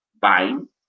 buying